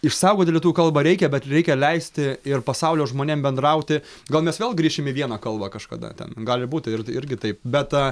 išsaugoti lietuvių kalbą reikia bet reikia leisti ir pasaulio žmonėm bendrauti gal mes vėl grįšim į vieną kalbą kažkada ten gali būti ir irgi taip bet